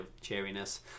cheeriness